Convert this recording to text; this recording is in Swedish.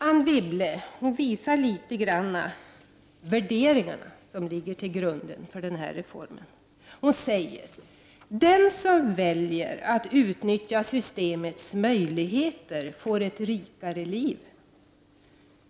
Anne Wibble visar litet grand värderingarna som ligger till grund för reformen, när hon säger: Den som väljer att utnyttja systemets möjligheter får ett rikare liv.